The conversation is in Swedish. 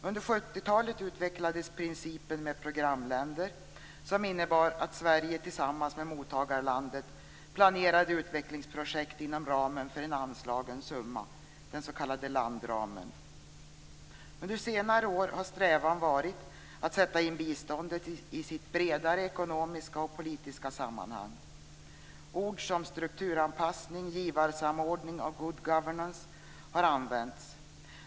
Under 70-talet utvecklades principen med programländer, som innebar att Sverige tillsammans med mottagarlandet planerade utvecklingsprojekt inom ramen för en anslagen summa, den s.k. landramen. Under senare år har strävan varit att sätta in biståndet i dess bredare ekonomiska och politiska sammanhang. Ord som strukturanpassning, givarsamordning och good governance har använts.